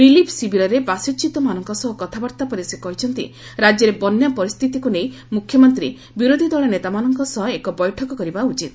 relief ଶିବିରରେ ବାସଚ୍ୟୁତମାନଙ୍କ ସହ କଥାବାର୍ଭା ପରେ ସେ କହିଛନ୍ତି ରାଜ୍ୟରେ ବନ୍ୟା ପରିସ୍ଥିତିକୁ ନେଇ ମୁଖ୍ୟମନ୍ତ୍ରୀ ବିରୋଧି ଦଳ ନେତାମାନଙ୍କ ସହ ଏକ ବୈଠକ କରିବା ଉଚିତ